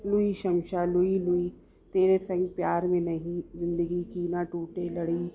लुही शमशां लुही लुही तेरे संग प्यार में नहिं ज़िंदगी की ना टूटे लड़ी